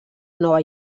nova